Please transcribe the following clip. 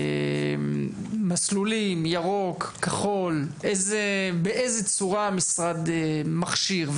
על המסלולים, ירוק וכחול, באיזו צורה המשרד מכשיר.